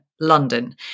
London